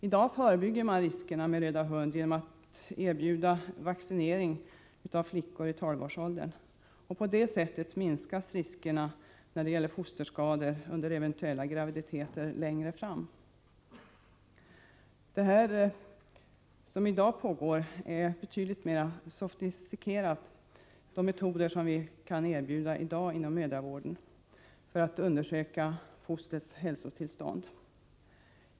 I dag förebygger man riskerna med röda hund genom att erbjuda vaccinering av flickor i 12-årsåldern. På detta sätt minskas risken för fosterskador under eventuell graviditet längre fram. De metoder för att undersöka fostrets hälsotillstånd som vi i dag kan erbjuda inom mödravården är betydligt mer sofistikerade.